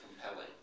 compelling